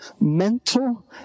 mental